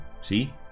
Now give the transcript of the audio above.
see